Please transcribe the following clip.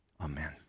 Amen